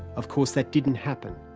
of course, that didn't happen.